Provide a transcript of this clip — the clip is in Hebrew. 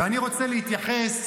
ואני רוצה לחזור,